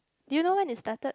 do you know when it started